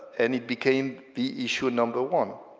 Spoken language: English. and it became the issue number one,